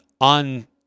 on